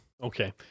Okay